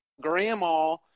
grandma